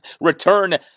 return